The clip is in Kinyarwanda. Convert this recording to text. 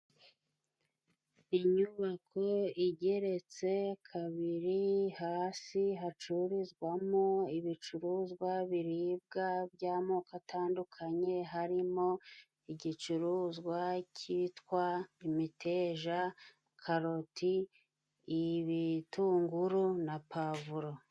Inyubako igeretse kabiri hasi hacururizwamo ibicuruzwa biribwa by'amoko atandukanye harimo igicuruzwa cyitwa: imiteja, karoti ,ibitunguru na pavuro.